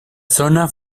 zona